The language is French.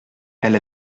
elle